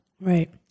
Right